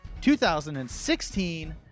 2016